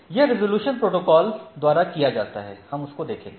यह resolution protocol द्वारा किया जाता है हम उसको देखेंगे